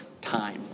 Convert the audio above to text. time